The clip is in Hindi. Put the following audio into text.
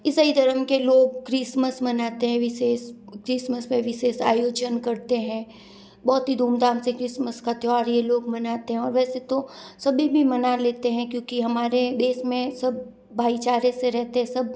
ईसाई धर्म के लोग क्रिसमस मनाते हैं विशेष क्रिसमस पर विशेष आयोजन करते हैं बहुत ही धूमधाम से क्रिसमस का त्योहार यह लोग मानते हैं और वैसे तो सभी भी मना लेते हैं क्योंकि हमारे देश में सब भाईचारे से रहते हैं